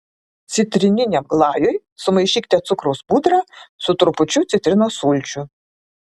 citrininiam glajui sumaišykite cukraus pudrą su trupučiu citrinos sulčių